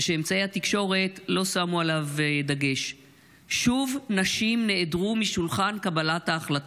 שאמצעי התקשורת לא שמו עליו דגש שוב נשים נעדרו משולחן קבלת ההחלטות,